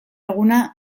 eguna